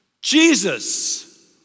Jesus